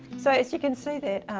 so as you can see there,